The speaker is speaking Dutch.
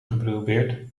geprobeerd